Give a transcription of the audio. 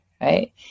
Right